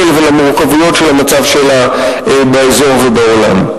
ולמורכבויות של המצב שלה באזור ובעולם.